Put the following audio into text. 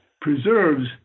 preserves